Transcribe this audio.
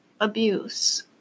abuse